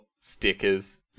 stickers